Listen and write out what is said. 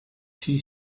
tea